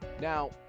Now